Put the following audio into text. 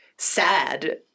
Sad